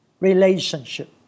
relationship